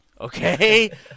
Okay